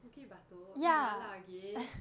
bukit batok oh mala again